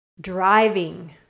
driving